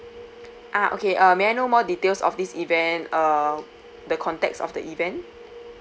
ah okay uh may I know more details of this event uh the context of the event